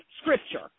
scripture